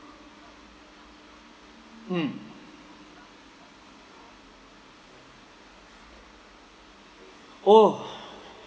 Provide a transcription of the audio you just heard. mm oh